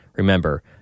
Remember